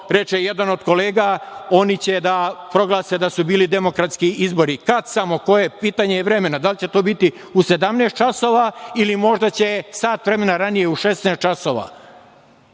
reče jedan od kolega - oni će da proglase da su bili demokratski izbori. Kad samo, koje pitanje je vremena. Da li će to biti u 17.00 časova ili možda će sat vremena ranije u 16.00 časova.